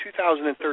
2013